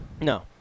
No